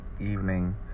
evening